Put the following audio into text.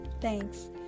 thanks